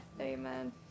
Amen